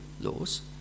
laws